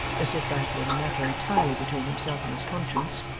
as if that were a matter entirely between himself and his conscience.